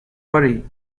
worry